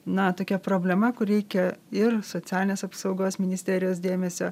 na tokia problema kur reikia ir socialinės apsaugos ministerijos dėmesio